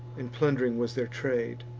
and plund'ring was their trade.